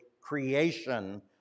creation